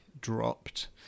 dropped